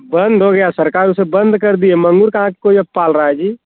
बंद हो गया सरकार उसे बंद कर दिए मंगुर कहाँ अब कोई पाल रहा जी